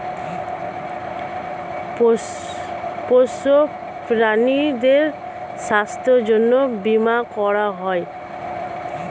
পোষ্য প্রাণীদের স্বাস্থ্যের জন্যে বীমা করা হয়